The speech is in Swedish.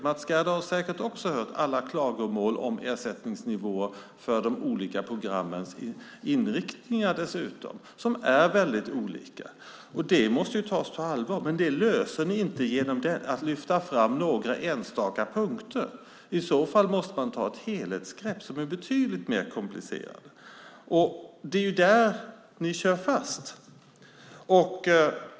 Mats Gerdau har säkert också hört alla klagomål om ersättningsnivåer för de olika programmens inriktningar, som ju är väldigt olika. Det måste tas på allvar, men ni löser det inte genom att lyfta fram några enstaka punkter. I så fall måste man ta ett helhetsgrepp som är betydligt mer komplicerat. Det är där ni kör fast.